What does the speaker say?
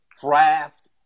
draft